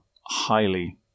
highly